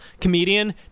Comedian